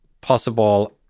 possible